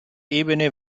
ebene